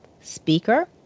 speaker